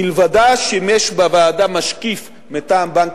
מלבדם שימשו בוועדה משקיף מטעם בנק